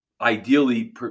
ideally